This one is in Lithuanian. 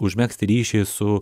užmegzti ryšį su